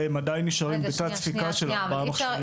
והם עדיין נשארים בתת תקינה של ארבעה מכשירים.